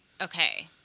Okay